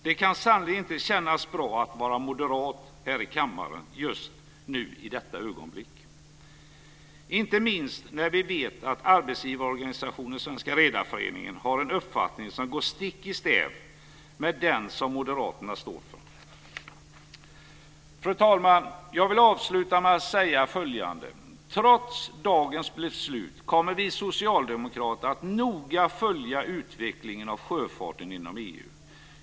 Det kan sannerligen inte kännas bra att vara moderat här i kammaren just nu i detta ögonblick - inte minst eftersom vi vet att arbetsgivarorganisationen Sveriges Redareförening har en uppfattning som går stick i stäv med den som Moderaterna står för. Fru talman! Jag vill avsluta med att säga följande: Trots dagens beslut kommer vi socialdemokrater att noga följa utvecklingen av sjöfarten inom EU.